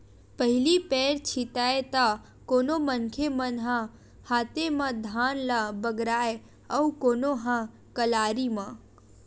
पहिली पैर छितय त कोनो मनखे मन ह हाते म धान ल बगराय अउ कोनो ह कलारी म